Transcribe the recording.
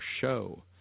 show